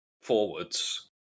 forwards